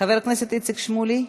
חבר הכנסת איציק שמולי,